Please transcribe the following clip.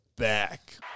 back